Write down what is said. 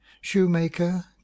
Shoemaker